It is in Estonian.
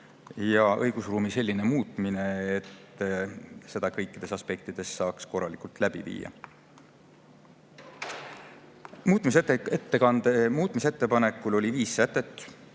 ja õigusruumi selline muutmine, et [Kevadtormi] saaks kõikides aspektides korralikult läbi viia. Muutmisettepanekul oli viis sätet,